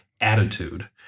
attitude